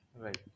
Right